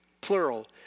plural